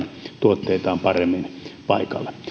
tuotteitaan paremmin paikalle